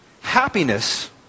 Happiness